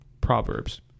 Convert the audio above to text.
Proverbs